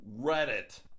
Reddit